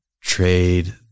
trade